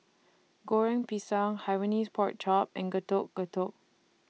Goreng Pisang Hainanese Pork Chop and Getuk Getuk